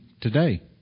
Today